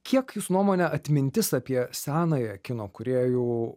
kiek jūs nuomone atmintis apie senąją kino kūrėjų